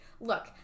Look